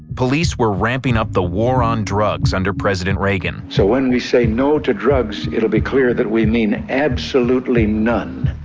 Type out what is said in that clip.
police were ramping up the war on drugs under president reagan. so when we say no to drugs, it'll be clear that we mean absolutely none.